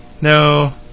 No